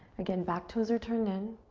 again, back toes are turned in.